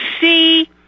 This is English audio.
see